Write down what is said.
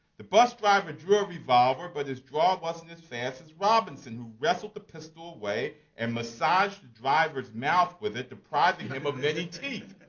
the bus driver drew a revolver. but his draw wasn't as fast as robinson who wrestled the pistol away and massaged the driver's mouth with it, depriving him of many teeth.